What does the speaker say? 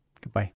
Goodbye